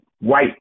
white